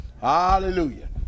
Hallelujah